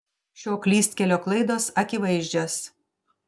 šio klystkelio klaidos akivaizdžios